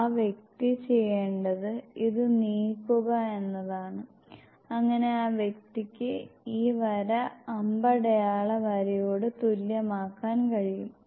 ആ വ്യക്തി ചെയ്യേണ്ടത് ഇത് നീക്കുക എന്നതാണ് അങ്ങനെ ആ വ്യക്തിക്ക് ഈ വര അമ്പടയാള വരയോട് തുല്യമാക്കാൻ കഴിയും